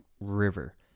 river